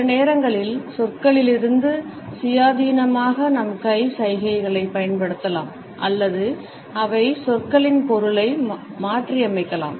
சில நேரங்களில் சொற்களிலிருந்து சுயாதீனமாக நம் கை சைகைகளைப் பயன்படுத்தலாம் அல்லது அவை சொற்களின் பொருளை மாற்றியமைக்கலாம்